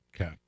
okay